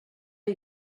you